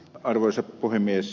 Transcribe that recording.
arvoisa puhemies